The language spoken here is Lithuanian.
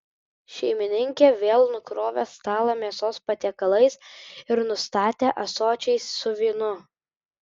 šeimininkė vėl nukrovė stalą mėsos patiekalais ir nustatė ąsočiais su vynu